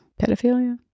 Pedophilia